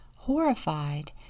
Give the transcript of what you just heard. Horrified